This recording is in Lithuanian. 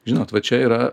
žinot va čia yra